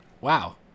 Wow